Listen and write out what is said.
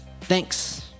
thanks